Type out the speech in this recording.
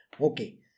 Okay